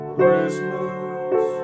Christmas